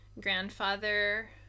grandfather